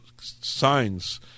signs